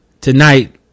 tonight